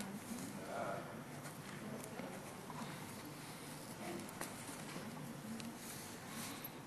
הנושא לוועדת הכספים